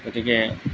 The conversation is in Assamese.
গতিকে